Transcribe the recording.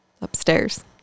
upstairs